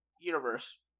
universe